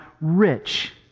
rich